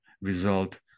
result